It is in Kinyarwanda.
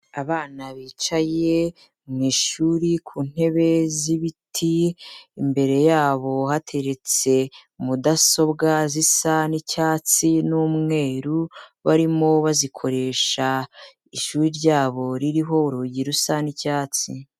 Abana bicaye mu ishuri ku ntebe z'ibiti, imbere yabo hateretse mudasobwa zisa n'icyatsi n'umweru barimo bazikoresha, ishuri ryabo ririho urugi rusa n'icyatsi.